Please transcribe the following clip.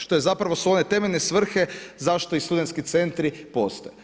Što je zapravo, su one temeljne svrhe zašto studentski centri postoji.